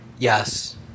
Yes